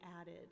added